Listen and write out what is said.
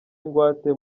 ingwate